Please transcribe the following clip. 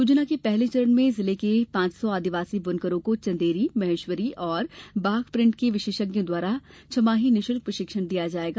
योजना के पहले चरण में जिले के पांच सौ आदिवासी बुनकरों को चंदेरी महेश्वरी और बाघ प्रिण्ट के विशेषज्ञों द्वारा छमाही निशुल्क प्रशिक्षण दिया जायेगा